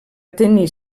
tenir